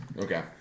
Okay